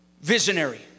visionary